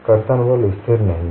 कर्तन बल स्थिर नहीं है